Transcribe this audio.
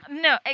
No